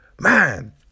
Man